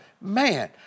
man